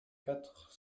quatre